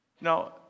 Now